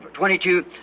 22